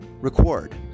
record